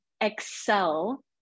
excel